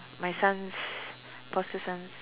my son's foster sons